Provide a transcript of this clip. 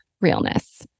realness